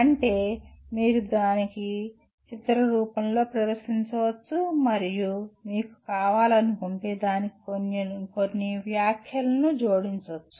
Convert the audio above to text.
అంటే మీరు దానిని చిత్ర రూపంలో ప్రదర్శించవచ్చు మరియు మీకు కావాలంటే దానికి కొన్ని వ్యాఖ్యలను జోడించండి